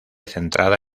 centrada